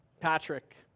Patrick